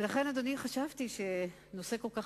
ולכן חשבתי שאולי דווקא נושא כל כך